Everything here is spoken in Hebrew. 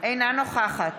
אינה נוכחת